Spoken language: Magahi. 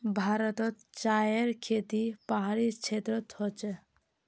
भारतोत चायर खेती पहाड़ी क्षेत्रोत होचे